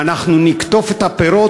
ואנחנו נקטוף את הפירות.